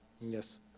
Yes